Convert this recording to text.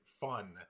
fun